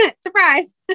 Surprise